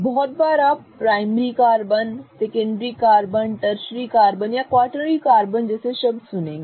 बहुत बार आप प्राइमरी कार्बन एक सेकेंडरी कार्बन एक ट्रशरी और एक क्वॉट्रनरी कार्बन जैसे शब्द सुनेंगे